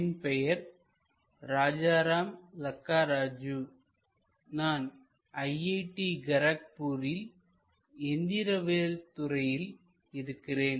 என் பெயர் ராஜாராம் லாக்கராஜு நான் IIT காரக்பூர் எந்திரவியல் துறையில் இருக்கிறேன்